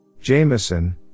Jameson